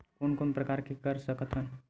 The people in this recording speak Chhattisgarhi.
कोन कोन प्रकार के कर सकथ हन?